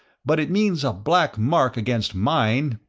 but it means a black mark against mine!